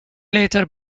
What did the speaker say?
later